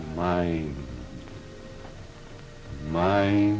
my my